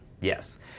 Yes